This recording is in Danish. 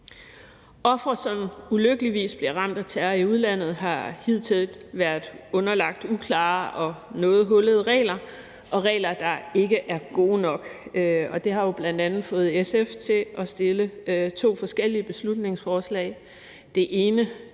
Ofre, som ulykkeligvis bliver ramt af terror i udlandet, har hidtil været underlagt uklare og noget hullede regler og regler, der ikke var gode nok. Det har jo bl.a. fået SF til at fremsætte to forskellige beslutningsforslag.